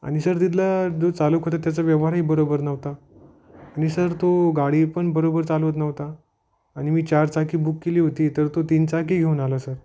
आणि सर तिथला जो चालक होता त्याचा व्यवहारही बरोबर नव्हता आणि सर तो गाडी पण बरोबर चालवत नव्हता आणि मी चारचाकी बुक केली होती तर तो तीन चाकी घेऊन आला सर